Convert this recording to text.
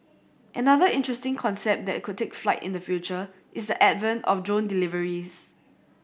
another interesting concept that could take flight in the future is the advent of drone deliveries